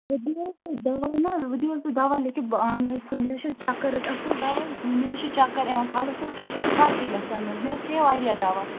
مےٚ دِیِو حظ تُہۍ دَوا نہ وۄنۍ دِیِو حظ تُہۍ دَوا لیکھِتھ بہٕ اَنہٕ سُہ مےٚ حظ چھِ چَکر حظ مےٚ حظ چھِ چکر یِوان کَلَس حظ مےٚ حظ چھَنہٕ فرقٕے گژھان حظ مےٚ حظ کھے واریاہ دَوا